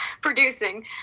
producing